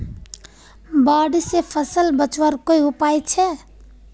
बाढ़ से फसल बचवार कोई उपाय छे?